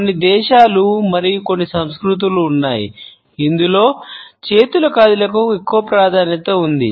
కొన్ని దేశాలు మరియు కొన్ని సంస్కృతులు ఉన్నాయి ఇందులో చేతుల కదలికకు ఎక్కువ ప్రాధాన్యత ఉంది